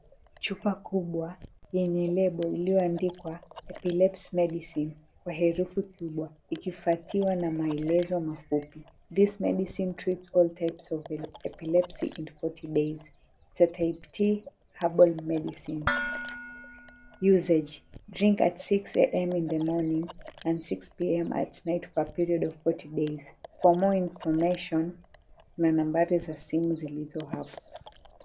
Chupa kubwa yenye lebo iliyoandikwa, Epilepsy Medicine, kwa herufi kubwa. Ikifuatwa na maelezo fupi, "This type of medicine treats all types of Epilepsy in fourty days. Herbal medicine usage drink at 6:00am in the morning and 6:00pm at night for a period of 40 days for more information" . Kuna nambari za simu zilizo hapo.